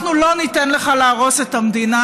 אנחנו לא ניתן לך להרוס את המדינה,